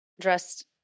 dressed